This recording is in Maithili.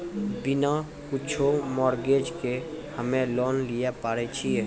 बिना कुछो मॉर्गेज के हम्मय लोन लिये पारे छियै?